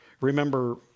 Remember